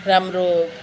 राम्रो